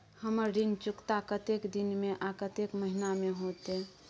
हमर ऋण चुकता कतेक दिन में आ कतेक महीना में होतै?